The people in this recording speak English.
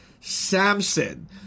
Samson